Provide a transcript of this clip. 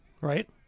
right